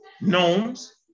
gnomes